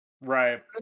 right